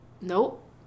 Nope